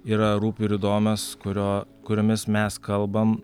yra rūpi ir įdomios kurio kuriomis mes kalbam